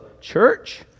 church